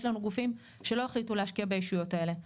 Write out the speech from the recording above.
לנו גופים שלא החליטו להשקיע בישויות האלה.